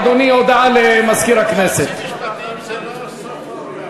אדוני, הודעה לסגן מזכירת הכנסת.